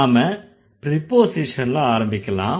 நாம ப்ரிபோஸிஷன்ல ஆரம்பிக்கலாம்